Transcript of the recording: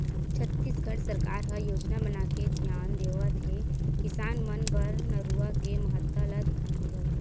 छत्तीसगढ़ सरकार ह योजना बनाके धियान देवत हे किसान मन बर नरूवा के महत्ता ल धियान देवत